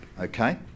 Okay